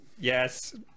yes